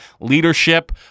leadership